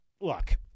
Look